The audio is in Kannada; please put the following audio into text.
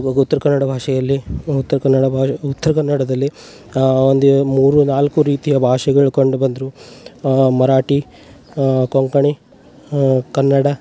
ಉತ್ರ ಕನ್ನಡ ಭಾಷೆಯಲ್ಲಿ ಉತ್ರ ಕನ್ನಡ ಬಾ ಉತ್ರ ಕನ್ನಡದಲ್ಲಿ ಒಂದು ಮೂರು ನಾಲ್ಕು ರೀತಿಯ ಭಾಷೆಗಳು ಕಂಡುಬಂದರೂ ಮರಾಠಿ ಕೊಂಕಣಿ ಕನ್ನಡ